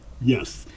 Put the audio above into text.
Yes